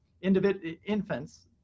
infants